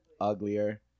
uglier